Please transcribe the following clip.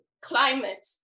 climate